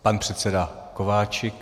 Pan předseda Kováčik.